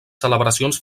celebracions